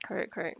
correct correct